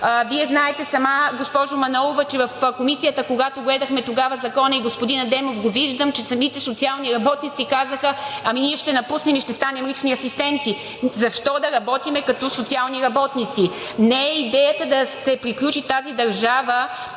Вие знаете сама, госпожо Манолова, че в Комисията, когато гледахме тогава закона, и господин Адемов го виждам, че самите социални работници казаха: „Ами ние ще напуснем и ще станем лични асистенти. Защо да работим като социални работници?“ Не е идеята да се приключи тази държава